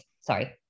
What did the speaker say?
sorry